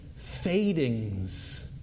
fadings